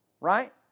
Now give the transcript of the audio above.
Right